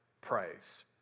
praise